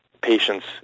patients